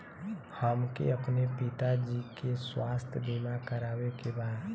हमके अपने पिता जी के स्वास्थ्य बीमा करवावे के बा?